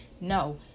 No